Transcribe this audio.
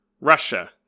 Russia